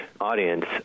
audience